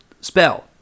spell